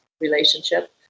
relationship